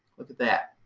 look at that.